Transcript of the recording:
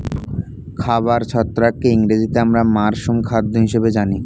খাবার ছত্রাককে ইংরেজিতে আমরা মাশরুম খাদ্য হিসেবে জানি